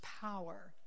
power